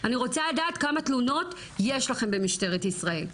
אני רוצה לדעת כמה תלונות יש לכם במשטרת ישראל?